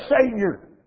savior